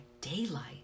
daylight